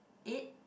eight